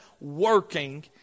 working